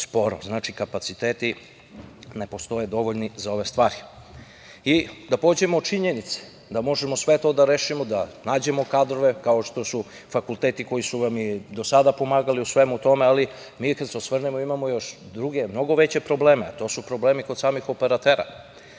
Znači, kapaciteti ne postoje dovoljni za ove stvari. Da pođemo od činjenice da možemo sve to da rešimo, da nađemo kadrove kao što su fakulteti koji su vam i do sada pomagali u svemu tome, ali mi kad se osvrnemo imamo još druge mnogo veće probleme, a to su problemi kod samih operatera.